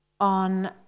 ..on